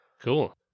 Cool